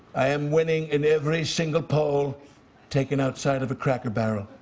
i am winning in every single poll taken outside of a cracker barrel.